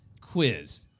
quiz